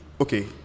Okay